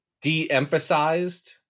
de-emphasized